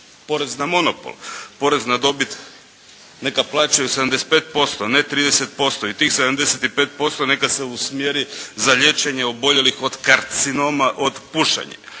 porez na monopol, porez na dobit. Neka plaćaju 75%, a ne 30% i tih 75% neka se usmjeri za liječenje oboljelih od karcinoma od pušenja.